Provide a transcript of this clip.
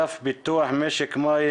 שלו.